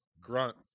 grunt